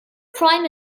prime